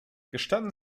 gestatten